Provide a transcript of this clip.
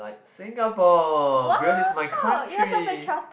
like Singapore because this is my country